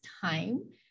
time